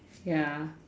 ya